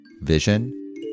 vision